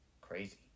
crazy